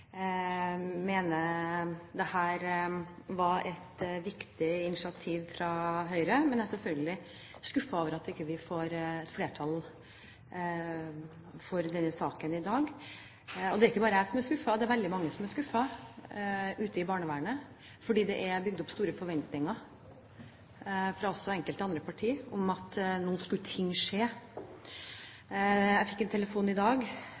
mener dette er et viktig initiativ fra Høyre. Men jeg er selvfølgelig skuffet over at vi ikke får flertall for denne saken i dag. Det er ikke bare jeg som er skuffet. Det er veldig mange som er skuffet i barnevernet, for det er bygd opp store forventninger, også fra enkelte andre partier, om at nå skulle ting skje. Jeg fikk en telefon i dag,